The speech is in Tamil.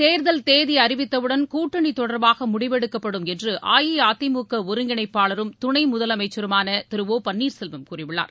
தேர்தல் அறிவித்தவுடன் கூட்டணி தொடர்பாக முடிவெடுக்கப்படும் என்று மக்களவைத் அஇஅதிமுக ஒருங்கிணைப்பாளரும் துணை முதலமைச்சருமான திரு ஒ பன்னீர்செல்வம் கூறியுள்ளார்